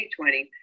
2020